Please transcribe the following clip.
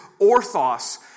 orthos